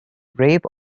rave